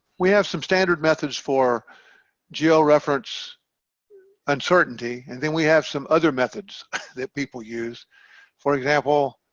we have some standard methods for geo reference uncertainty and then we have some other methods that people use for example,